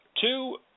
two